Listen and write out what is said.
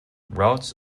routes